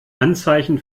anzeichen